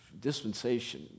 dispensation